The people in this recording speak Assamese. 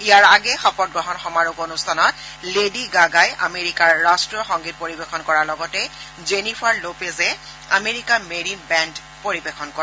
ইয়াৰ আগেয়ে শপত গ্ৰহণ সমাৰোহ অনুষ্ঠানত লেডী গাগাই আমেৰিকাৰ ৰাষ্ট্ৰীয় সংগীত পৰিৱেশন কৰাৰ লগতে জেনিফাৰ লপেজে আমেৰিকা মেৰিন বেণ্ড পৰিৱেশন কৰে